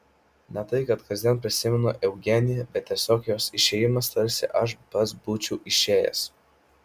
ne tai kad kasdien prisimenu eugeniją bet tiesiog jos išėjimas tarsi aš pats būčiau išėjęs